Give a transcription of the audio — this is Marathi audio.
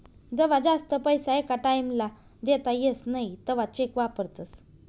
जवा जास्त पैसा एका टाईम ला देता येस नई तवा चेक वापरतस